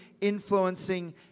influencing